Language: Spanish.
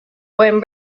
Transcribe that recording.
pueden